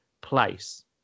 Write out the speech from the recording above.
place